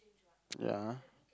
ya